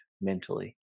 mentally